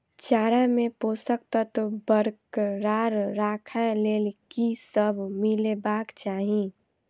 चारा मे पोसक तत्व बरकरार राखै लेल की सब मिलेबाक चाहि?